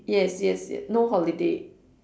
yes yes yes no holiday